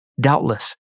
doubtless